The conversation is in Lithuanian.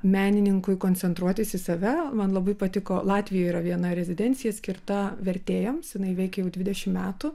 menininkui koncentruotis į save man labai patiko latvijoj yra viena rezidencija skirta vertėjams jinai veikia jau dvidešimt metų